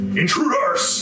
intruders